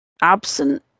absent